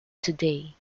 today